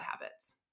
habits